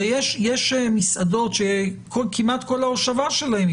הרי יש מסעדות שכמעט כל ההושבה שלהן היא